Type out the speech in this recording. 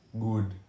good